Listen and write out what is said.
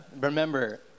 Remember